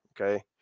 okay